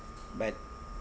but